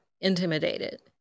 intimidated